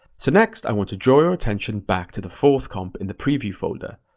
so next, i want to draw your attention back to the fourth comp in the preview folder.